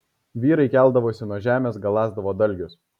vyrai keldavosi nuo žemės galąsdavo dalgius